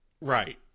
Right